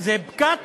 פקק